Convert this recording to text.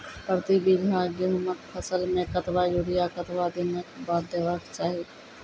प्रति बीघा गेहूँमक फसल मे कतबा यूरिया कतवा दिनऽक बाद देवाक चाही?